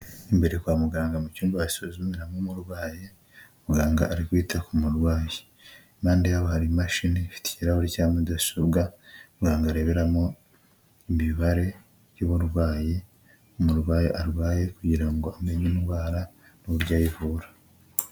Imbere kwa muganga mu cyumba asuzumi nk'umurwaye muganga arir gute ku murwayipande yaba imashini ifite ikirahuri cya mudasobwaabantu areberamo mibare y'uburwayi umurwayi arwaye kugira ngo amenye indwara n'uburyo yivura.